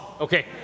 Okay